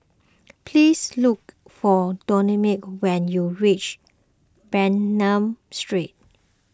please look for Dominic when you reach Bernam Street